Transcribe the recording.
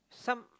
some